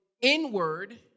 inward